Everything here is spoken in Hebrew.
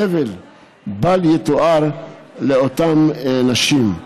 סבל בל יתואר לאותן נשים.